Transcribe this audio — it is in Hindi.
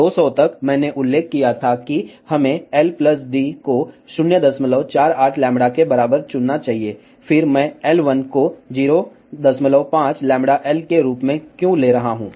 200 तक मैंने उल्लेख किया था कि हमें l d को 048 λ के बराबर चुनना चाहिए फिर मैं L1 को 05 λ L के रूप में क्यों ले रहा हूं